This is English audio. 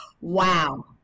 Wow